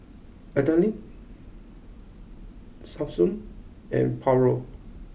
Adalyn Samson and Paulo